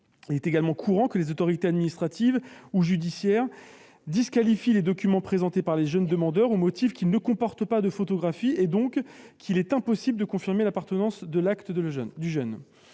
Il est également courant que les autorités administratives ou judiciaires disqualifient les documents présentés par les jeunes demandeurs au motif qu'ils ne comportent pas de photographie, et qu'il est donc impossible de confirmer l'appartenance de l'acte au jeune.